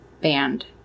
band